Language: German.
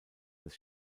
des